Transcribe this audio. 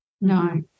No